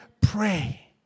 pray